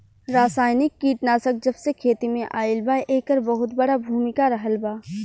रासायनिक कीटनाशक जबसे खेती में आईल बा येकर बहुत बड़ा भूमिका रहलबा